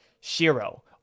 Shiro